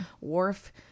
wharf